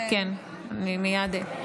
חברים,